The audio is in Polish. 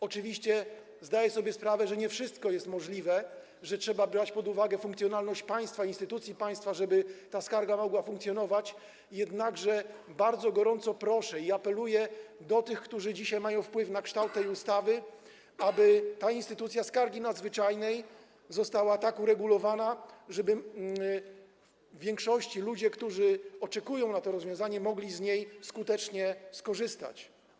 Oczywiście zdaję sobie sprawę z tego, że nie wszystko jest możliwe, że trzeba brać pod uwagę funkcjonalność państwa, instytucji państwa, żeby ta skarga mogła funkcjonować, jednakże bardzo gorąco proszę i apeluję do tych, którzy dzisiaj mają wpływ na kształt tej ustawy, aby ta instytucja skargi nadzwyczajnej została tak uregulowana, żeby w większości ludzie, którzy oczekują na to rozwiązanie, mogli z niej skutecznie skorzystać.